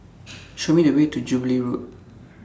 Show Me The Way to Jubilee Road